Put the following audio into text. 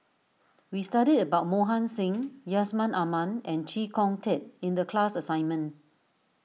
we studied about Mohan Singh Yusman Aman and Chee Kong Tet in the class assignment